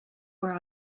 where